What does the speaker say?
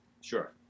Sure